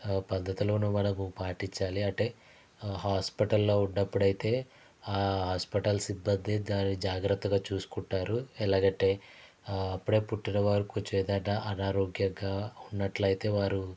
పద్ధతులను మనం పాటించాలి అంటే హాస్పిటల్ లో ఉన్నప్పుడైతే హాస్పిటల్ సిబ్బంది దాన్ని జాగ్రత్తగా చూసుకుంటారు ఎలాగంటే అప్పుడే పుట్టిన వారికి కొంచెం ఏదైనా అనారోగ్యంగా ఉన్నట్లయితే వారు